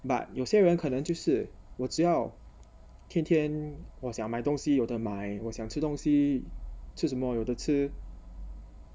but 有些人可能就是我只要天天我想买东西有得买我想吃东西吃什么有的吃